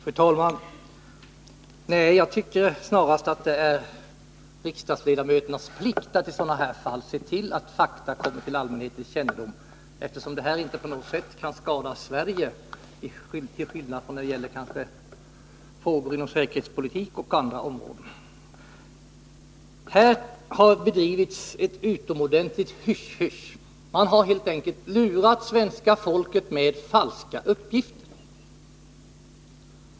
Fru talman! Jag tycker snarast det är riksdagsledamöternas plikt att i ett sådant här fall se till att fakta kommer till allmänhetens kännedom. Detta kan ju inte på något sätt skada Sverige, till skillnad från vad som kan vara fallet när det gäller frågor om t.ex. säkerhetspolitik. Här har bedrivits ett utomordentligt hyssjhyssj. Man har helt enkelt lurat svenska folket med falska uppgifter.